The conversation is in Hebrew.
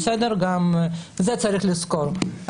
גם את זה צריך לזכור.